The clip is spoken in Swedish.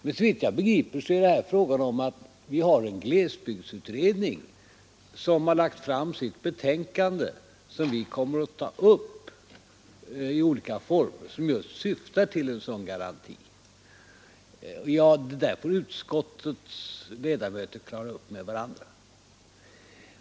Men såvitt jag begriper är det här fråga om att vi har en glesbygdsutredning som har lagt fram sitt betänkande som just syftar till en sådan garanti och som vi kommer att ta upp på olika sätt. Det där får utskottets ledamöter klara upp med varandra.